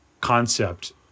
concept